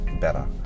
better